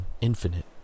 infinite